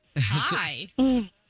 Hi